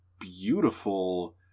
beautiful